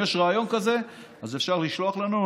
אם יש רעיון כזה אז אפשר לשלוח לנו.